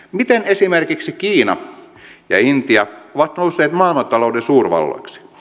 miten esimerkiksi kiina ja intia ovat nousseet maailmantalouden suurvalloiksi